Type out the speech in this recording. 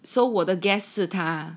so 我的 guess 是他